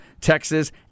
Texas